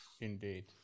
Indeed